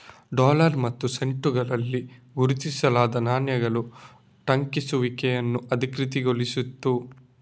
dollar ಮತ್ತು ಸೆಂಟುಗಳಲ್ಲಿ ಗುರುತಿಸಲಾದ ನಾಣ್ಯಗಳ ಟಂಕಿಸುವಿಕೆಯನ್ನು ಅಧಿಕೃತಗೊಳಿಸಿತು